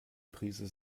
prise